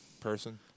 person